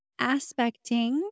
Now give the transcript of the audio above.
aspecting